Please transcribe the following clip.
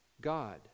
God